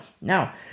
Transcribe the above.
Now